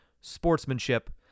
sportsmanship